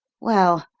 well,